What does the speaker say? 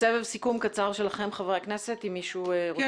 סבב סיכום קצר של חברי הכנסת, בבקשה.